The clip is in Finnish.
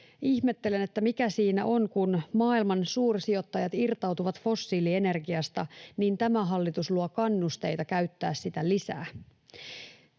Ihmettelen, mikä siinä on, että kun maailman suursijoittajat irtautuvat fossiilienergiasta, niin tämä hallitus luo kannusteita käyttää sitä lisää